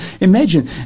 Imagine